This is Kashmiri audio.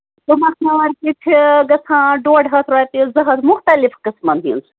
تُمبکھ نارِ تہِ چھِ گژھان ڈۅڈ ہَتھ رۄپیہِ زٕ ہَتھ مُختٔلِف قٕسمَن ہِنٛز